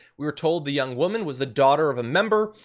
we were told the young woman was the daughter of a member.